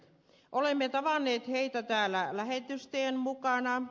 olemme tavanneet heitä täällä lähetystöjen mukana